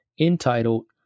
entitled